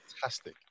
Fantastic